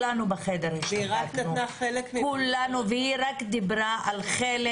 כל היושבים בחדר שתקו, והיא רק דיברה על חלק.